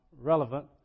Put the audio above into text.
Relevant